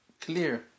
clear